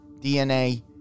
DNA